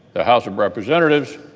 the house of representatives